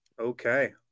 Okay